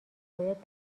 باید